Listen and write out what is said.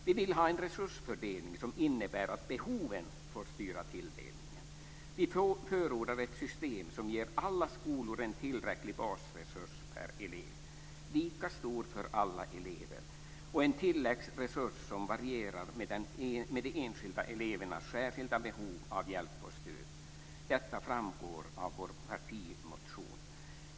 Vi vill ha en resursfördelning som innebär att behoven får styra tilldelningen. Vi förordar ett system som ger alla skolor en tillräcklig basresurs per elev. Den skall vara lika stor för alla elever. Till detta kommer en tilläggsresurs som varierar med de enskilda elevernas särskilda behov av hjälp och stöd. Detta framgår av vår partimotion.